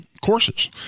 Courses